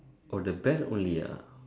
oh the bag only ah